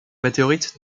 météorite